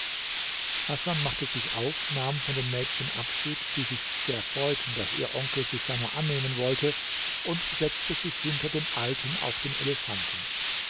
hasan machte sich auf nahm von den mädchen abschied die sich sehr freuten daß ihr onkel sich seiner annehmen wollte und setzte sich hinter dem alten auf den elefanten